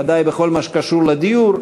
ודאי בכל מה שקשור לדיור,